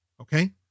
Okay